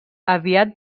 aviat